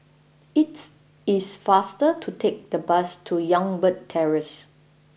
it is faster to take the bus to Youngberg Terrace